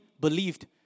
believed